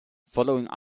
following